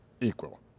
equal